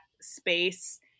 space